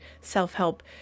self-help